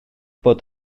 bod